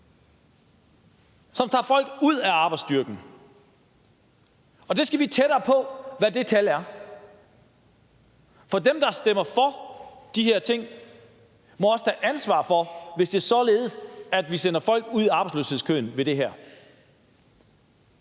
som tager folk ud af arbejdsstyrken. Og der skal vi tættere på, hvad det tal er, for dem, der stemmer for de her ting, må også tage ansvar for det, hvis det er således, at vi sender folk ud i arbejdsløshedskøen med det her.